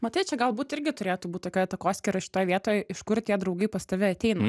matai čia galbūt irgi turėtų būt tokia takoskyra šitoj vietoj iš kur tie draugai pas tave ateina